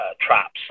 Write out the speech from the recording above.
traps